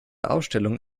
ausstellung